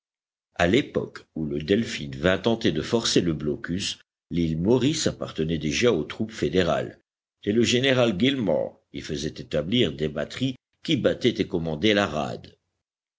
a l'époque où le delphin vint tenter de forcer le blocus l'île morris appartenait déjà aux troupes fédérales et le général gillmore y faisait établir des batteries qui battaient et commandaient la rade